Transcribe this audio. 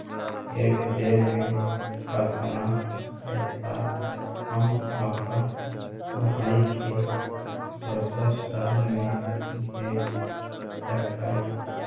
एक बेर मे कतना पैसा हम अपन भाइ के दोसर शहर मे भेज सकबै?